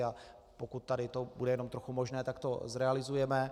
A pokud tady to bude jenom trochu možné, tak to zrealizujeme.